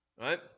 Right